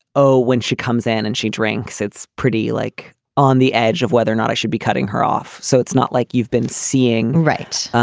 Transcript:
oh, when she comes in and she drinks, it's pretty like on the edge of whether or not i should be cutting her off. so it's not like you've been seeing. right.